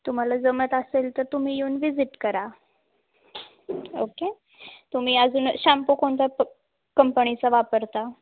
तुम्हाला जमत असेल तर तुम्ही येऊन व्हिजिट करा ओके तुम्ही अजून शाम्पू कोणत्या प कंपनीचा वापरता